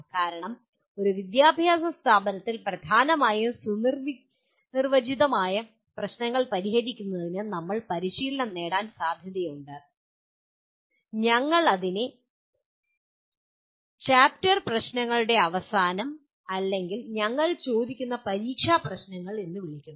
കാരണം ഒരു വിദ്യാഭ്യാസ സ്ഥാപനത്തിൽ പ്രധാനമായും സുനിർവചിതമായ പ്രശ്നങ്ങൾ പരിഹരിക്കുന്നതിന് നമ്മൾ പരിശീലനം നേടാൻ സാധ്യതയുണ്ട് ഞങ്ങൾ അതിനെ ചാപ്റ്റർ പ്രശ്നങ്ങൾ അല്ലെങ്കിൽ ഞങ്ങൾ ചോദിക്കുന്ന പരീക്ഷാ പ്രശ്നങ്ങൾ എന്ന് വിളിക്കുന്നു